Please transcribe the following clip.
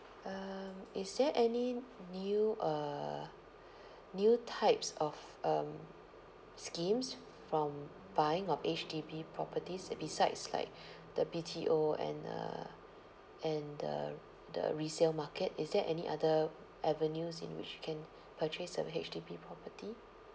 um is there any new uh new types of um schemes from buying of H_D_B properties uh besides like the B_T_O and uh and the the resale market is there any other avenues in which can purchase a H_D_B property